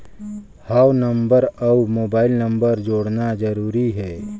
हव नंबर अउ mobile number जोड़ना जरूरी हे?